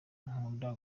nkunda